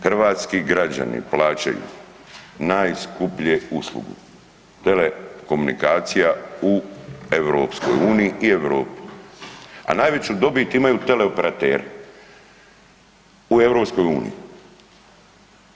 Hrvatski građani plaćaju najskuplje usluge telekomunikacija u EU i Europi, a najveću dobit imaju teleoperateri u EU.